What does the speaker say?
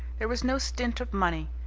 there was no stint of money.